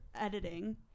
editing